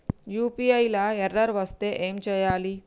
UPI లా error వస్తే ఏం చేయాలి?